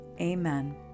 Amen